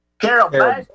Carol